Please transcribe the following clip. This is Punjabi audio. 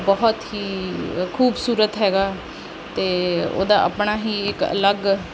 ਬਹੁਤ ਹੀ ਖੂਬਸੂਰਤ ਹੈਗਾ ਅਤੇ ਉਹਦਾ ਆਪਣਾ ਹੀ ਇੱਕ ਅਲੱਗ